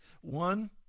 One